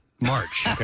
March